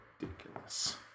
ridiculous